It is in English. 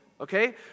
Okay